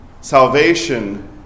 salvation